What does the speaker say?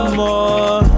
more